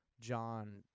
John